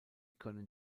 können